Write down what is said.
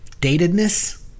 datedness